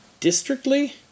Districtly